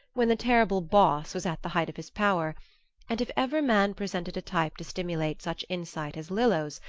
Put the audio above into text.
when the terrible boss was at the height of his power and if ever man presented a type to stimulate such insight as lillo's,